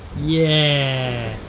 yeah.